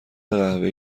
قهوه